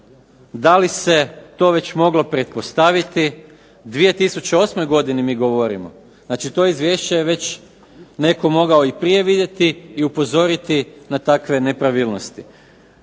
Da li se to već moglo pretpostaviti? O 2008. godini mi govorimo. Znači to izvješće je već netko mogao i prije vidjeti i upozoriti na takve nepravilnosti.